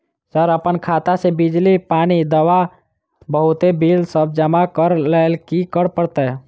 Sir अप्पन खाता सऽ बिजली, पानि, दवा आ बहुते बिल सब जमा करऽ लैल की करऽ परतै?